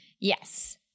Yes